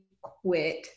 quit